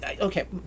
Okay